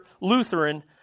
Lutheran